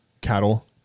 cattle